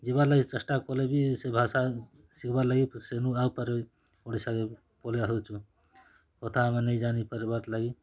ଯିବାର୍ ଲାଗି ଚେଷ୍ଟା କଲେ ବି ସେ ଭାଷା ଶିଖିବାର୍ ଲାଗି ସେନୁ ଆଉ ପାରେ ଓଡ଼ିଶାକେ ପଲେଇ ଆସୁଛୁଁ କଥା ଆମେ ନାଇଁ ଜାନିପାରବାର୍ ଲାଗିର୍